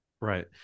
Right